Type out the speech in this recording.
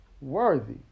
worthy